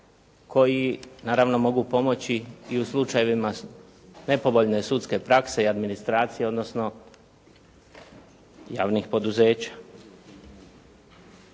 koji naravno mogu pomoći i u slučajevima nepovoljne sudske prakse i administracije, odnosno javnih poduzeća.